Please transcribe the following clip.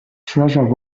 treasure